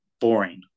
boring